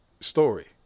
story